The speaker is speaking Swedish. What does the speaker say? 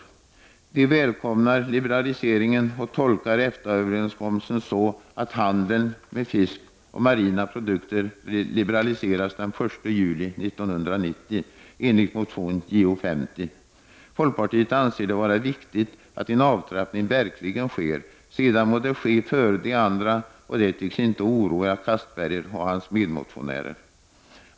Folkpartiet välkomnar liberaliseringen och tolkar EFTA-överenskommelsen så att handeln med fisk och marina produkter liberaliseras den 1 juli 1990 enligt motion Jo50. Folkpartiet anser att det är viktigt att en avtrappning verkligen sker. Sverige må gå före de andra länderna, men det tycks inte oroa Anders Castberger och hans medmotionärer.